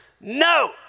No